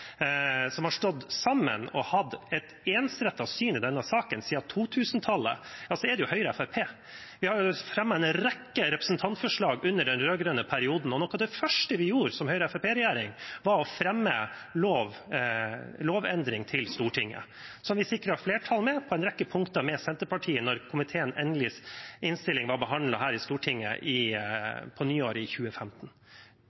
som har stått sammen og hatt et ensrettet syn i denne saken siden 2000-tallet, er det Høyre og Fremskrittspartiet. Vi fremmet en rekke representantforslag under den rød-grønne perioden, og noe av det første vi gjorde som Høyre–Fremskrittsparti-regjering, var å fremme et forslag om lovendring i Stortinget. Vi sikret også flertall på en rekke punkter sammen med Senterpartiet da komiteens innstilling endelig var behandlet her i Stortinget på nyåret i